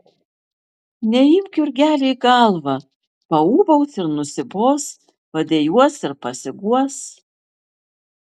neimk jurgeli į galvą paūbaus ir nusibos padejuos ir pasiguos